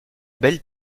belle